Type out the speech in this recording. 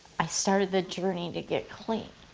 i started the journey to get clean.